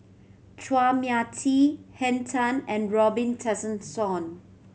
Chua Mia Tee Henn Tan and Robin Tessensohn